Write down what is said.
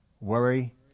Worry